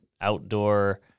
outdoor